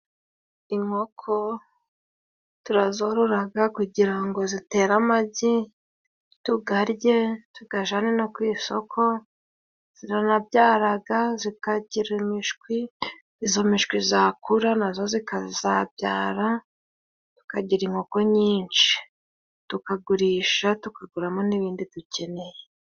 Inkoko turazororaga kugira ngo zitere amagi, tugarye tugajane no ku isoko, ziranabyaraga zikagira imishwi, izo mishwi zakura nazo zigazabyara, tukagira inkoko nyinshi. Tukagurisha, tukagura mo n'ibindi dukeneye.